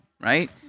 right